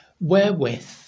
Wherewith